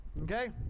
okay